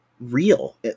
real